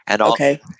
Okay